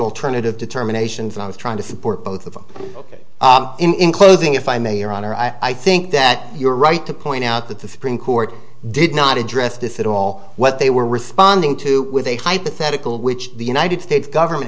alternative determinations i was trying to support both of them in closing if i may your honor i think that you're right to point out that the supreme court did not address this it all what they were responding to with a hypothetical which the united states government